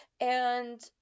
and-